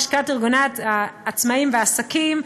לשכת ארגוני העצמאים והעסקים,